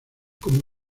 como